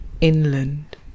inland